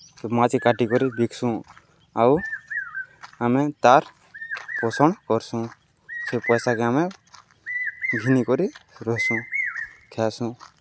ମାଛ୍କେ କାଟି କରି ବିକ୍ସୁଁ ଆଉ ଆମେ ତାର୍ ପୋଷଣ୍ କର୍ସୁଁ ସେ ପଇସାକେ ଆମେ ଘିନିିକରି ରହେସୁଁ ଖାଏସୁଁ